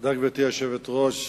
גברתי היושבת-ראש,